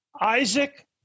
Isaac